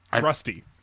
Rusty